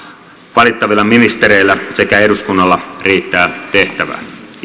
valittavilla ministereillä sekä eduskunnalla riittää tehtävää